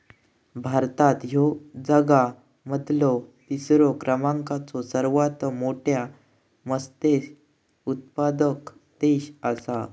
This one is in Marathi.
भारत ह्यो जगा मधलो तिसरा क्रमांकाचो सर्वात मोठा मत्स्य उत्पादक देश आसा